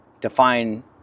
define